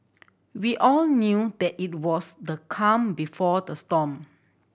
we all knew that it was the calm before the storm